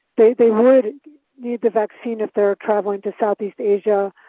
they, they would need the vaccine if they are traveling to southeast asia,